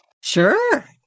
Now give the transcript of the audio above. Sure